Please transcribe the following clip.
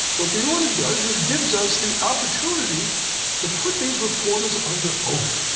what the order does is gives us the opportunity to put these reporters under oath.